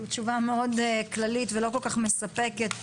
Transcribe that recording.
מאוד כללית ולא כל כך מספקת